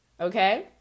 okay